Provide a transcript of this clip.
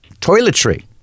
toiletry